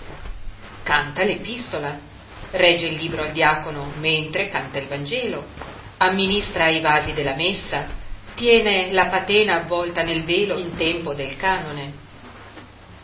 suddiacono canta l'epistola regge il libro al diacono mentre canta il vangelo amministra i vasi della messa tiene la patina avvolta nel velo in tempo del canone